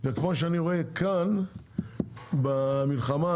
איך שאתה מנהל את הוועדה אני אומרת את זה בשיא הכנות